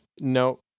No